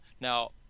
Now